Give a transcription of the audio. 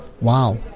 Wow